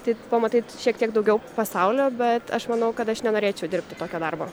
tai pamatai šiek tiek daugiau pasaulio bet aš manau kad aš nenorėčiau dirbti tokio darbo